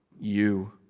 you.